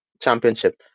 championship